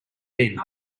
bin